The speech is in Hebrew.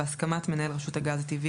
בהסכמת מנהל רשות הגז הטבעי,